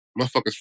motherfuckers